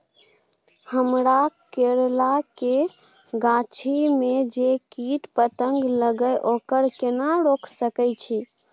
हमरा करैला के गाछी में जै कीट पतंग लगे हैं ओकरा केना रोक सके छी?